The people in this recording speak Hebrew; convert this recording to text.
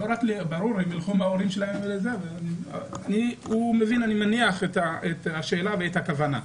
אני מניח שהוא מבין את השאלה ואת הכוונה שלי.